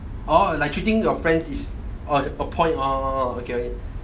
orh like treating your friends is oh a point orh okay